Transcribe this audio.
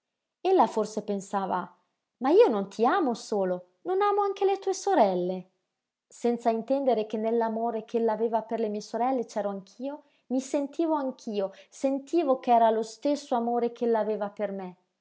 io ella forse pensava ma io non ti amo solo non amo anche le tue sorelle senza intendere che nell'amore ch'ella aveva per le mie sorelle c'ero anch'io mi sentivo anch'io sentivo ch'era lo stesso amore ch'ella aveva per me